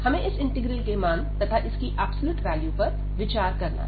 हमें इस इंटीग्रल के मान तथा इसकी एब्सलूट वैल्यू पर विचार करना है